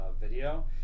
Video